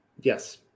yes